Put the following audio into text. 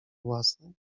własnej